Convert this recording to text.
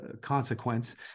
consequence